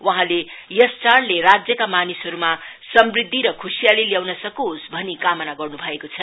बहौंले यस चाढ़ले राज्यका मानिसमा समृद्धि र खुशियाली ल्याउन सकोस् भनी कामना गर्नु भएको छ